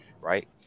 right